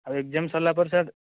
ଆଉ ଏକ୍ଜାମ୍ ସରିଲା ପରେ ସାର୍